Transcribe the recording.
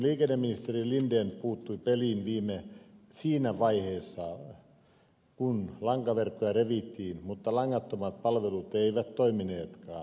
liikenneministeri linden puuttui peliin siinä vaiheessa kun lankaverkkoja revittiin mutta langattomat palvelut eivät toimineetkaan